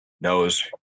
knows